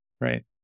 Right